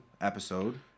episode